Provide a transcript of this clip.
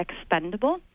expendable